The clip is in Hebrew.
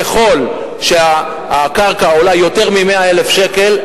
ככל שהקרקע עולה יותר מ-100,000 שקל,